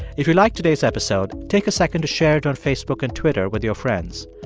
if you like today's episode, take a second to share it on facebook and twitter with your friends.